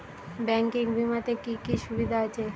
Banking বিমাতে কি কি সুবিধা আছে?